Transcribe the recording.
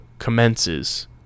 commences